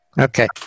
Okay